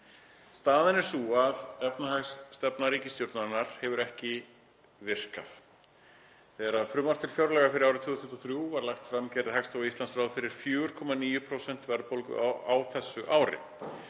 Staðan er sú að efnahagsstefna ríkisstjórnarinnar hefur ekki virkað. Þegar frumvarp til fjárlaga fyrir árið 2023 var lagt fram gerði Hagstofa Íslands ráð fyrir 4,9% verðbólgu á þessu ári.